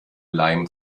leim